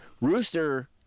Rooster